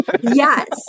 Yes